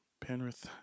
penrith